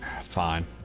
fine